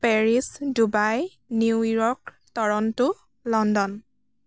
Paris Dubai New York Toronto London